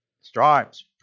Stripes